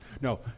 No